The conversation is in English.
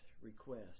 request